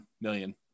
million